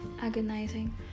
agonizing